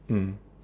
mm